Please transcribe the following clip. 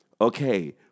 okay